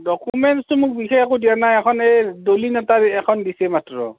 ডকুমেণ্টচ্টো মোক বিশেষ একো দিয়া নাই এখন এই দলিল এটা এখন দিছে মাত্ৰ